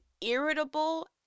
irritable